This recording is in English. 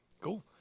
Cool